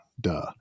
Duh